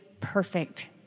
perfect